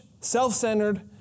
self-centered